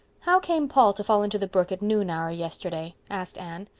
how came paul to fall into the brook at noon hour yesterday? asked anne.